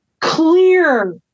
clear